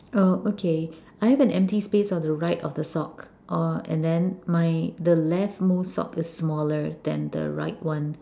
oh okay I have an empty space on the right of the sock or and then my the left most sock is smaller than the right one